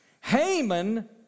Haman